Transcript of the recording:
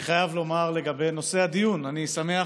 אני חייב לומר לגבי נושא הדיון: אני שמח,